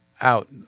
out